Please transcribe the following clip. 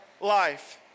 life